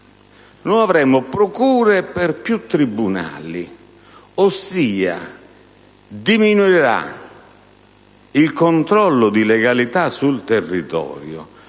avremo procure per più tribunali, ossia diminuirà il controllo di legalità sul territorio,